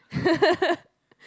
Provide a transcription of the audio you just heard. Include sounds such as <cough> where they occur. <laughs>